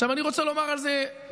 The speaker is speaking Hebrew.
עכשיו אני רוצה לומר על זה מילה.